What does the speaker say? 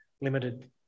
limited